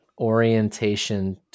orientation